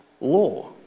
law